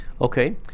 Okay